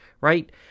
right